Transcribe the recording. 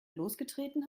losgetreten